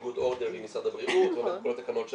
in good order במשרד הבריאות ועומד בכל התקנות שלהם.